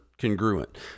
congruent